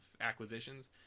acquisitions